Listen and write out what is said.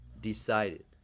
Decided